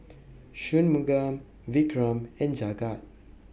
Shunmugam Vikram and Jagat